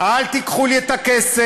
אל תיקחו לי את הכסף,